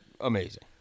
amazing